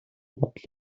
бодол